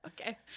okay